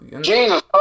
Jesus